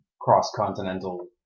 cross-continental